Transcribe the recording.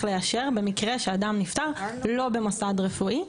לאשר במקרה שאדם נפטר לא במוסד רפואי.